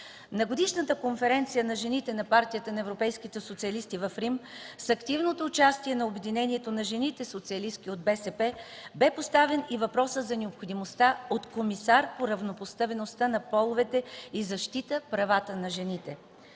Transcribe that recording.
Партията на европейските социалисти в Рим с активното участие на Обединението на жените социалисти от БСП беше поставен и въпросът за необходимостта от комисар по равнопоставеността на половете и защита правата на жените.